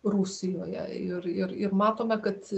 rusijoje ir ir ir matome kad